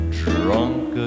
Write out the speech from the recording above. drunk